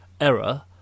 error